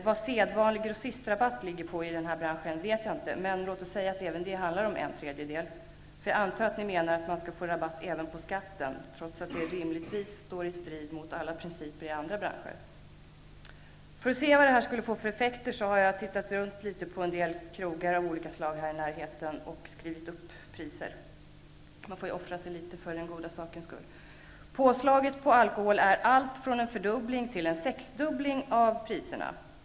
Vad sedvanlig grossistrabatt i den här branschen ligger på vet jag inte, men låt oss säga att även det handlar om en tredjedel -- jag antar att ni menar att man skall få rabatt även på skatten, trots att det rimligtvis strider mot alla principer i andra branscher. För att ta reda på vad era förslag skulle få för effekter har jag tittat runt på en del krogar av olika slag här i närheten och antecknat priser -- man får ju offra sig litet för den goda sakens skull. Påslaget på alkohol innebär alltifrån en fördubbling till en sexdubbling av priserna.